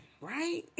right